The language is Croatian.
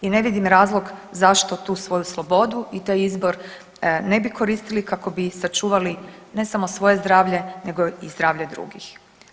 I ne vidim razlog zašto tu svoju slobodu i taj izbor ne bi koristili kako bi sačuvali ne samo svoje zdravlje nego i zdravlje drugih.